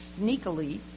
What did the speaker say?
sneakily